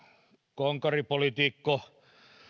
konkaripoliitikko